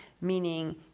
meaning